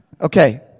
Okay